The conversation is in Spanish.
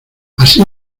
así